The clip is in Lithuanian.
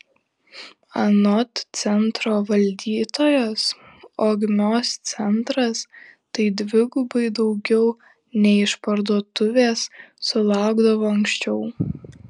anot centro valdytojos ogmios centras tai dvigubai daugiau nei išparduotuvės sulaukdavo anksčiau